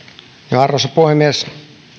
arvoisa puhemies